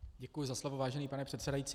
Děkuji za slovo, vážený pane předsedající.